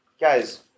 Guys